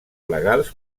legals